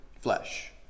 flesh